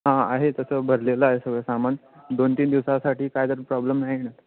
हां आहे तसं भरलेलं आहे सगळं सामान दोन तीन दिवसासाठी काय तर प्रॉब्लेम नाही येणार